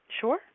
Sure